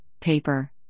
paper